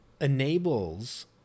enables